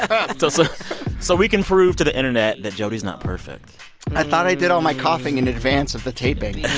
ah so so so we can prove to the internet that jody's not perfect i thought i did all my coughing in advance of the taping. yeah